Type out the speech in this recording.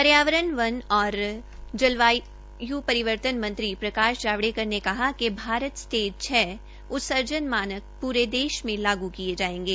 पर्यावरण वन और जलवाय् परिवर्तन मंत्री प्रकाश जावड़ेकर ने कहा है कि भारत स्टेज छ उत्सर्जन मानक पूरे देश में लागू किये जायेंगे